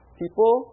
people